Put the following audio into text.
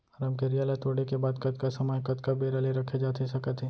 रमकेरिया ला तोड़े के बाद कतका समय कतका बेरा ले रखे जाथे सकत हे?